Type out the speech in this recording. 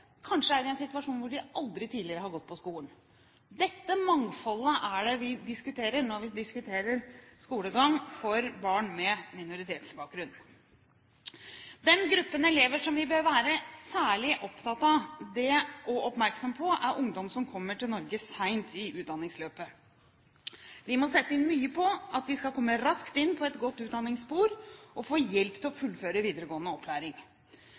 kanskje er i den situasjonen at de aldri tidligere har gått på skole. Dette mangfoldet er det vi diskuterer når vi diskuterer skolegang for barn med minoritetsbakgrunn. Den gruppen elever vi bør være særlig opptatte av og oppmerksomme på, er ungdom som kommer til Norge seint i utdanningsløpet. Vi må sette mye inn på at de skal komme raskt inn på et godt utdanningsspor og få hjelp til å fullføre videregående opplæring.